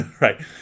right